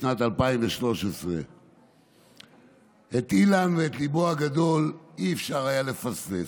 בשנת 2013. את אילן ואת ליבו הגדול לא היה אפשר לפספס.